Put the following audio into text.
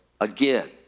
again